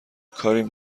کاریم